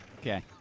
Okay